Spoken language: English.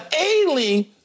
ailing